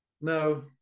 No